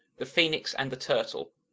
the phoenix and the turtle